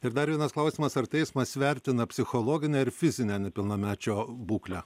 ir dar vienas klausimas ar teismas vertina psichologinę ir fizinę nepilnamečio būklę